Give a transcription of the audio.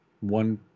one